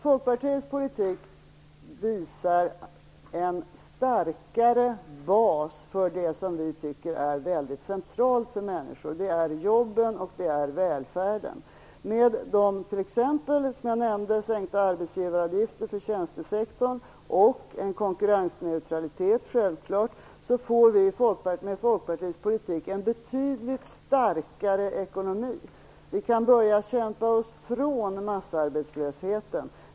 Folkpartiets politik visar en starkare bas för det som vi tycker är väldigt centralt för människor, nämligen jobben och välfärden. Med de exempel som jag nämnde - sänkta arbetsgivaravgifter för tjänstesektorn och självfallet en konkurrensneutralitet - får man med Folkpartiets politik en betydligt starkare ekonomi. Vi kan börja kämpa oss ur massarbetslösheten.